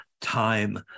time